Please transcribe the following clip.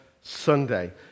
Sunday